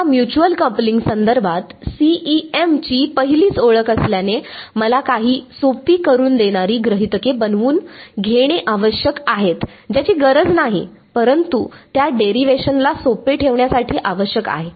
आता mutual coupling संदर्भात CEM ची ही पहिलीच ओळख असल्याने मला काही सोपी करून देणारी गृहितके बनवून घेणे आवश्यक आहेत ज्याची गरज नाही परंतु त्या डेरिवेशन ला सोपे ठेवणे आवश्यक आहे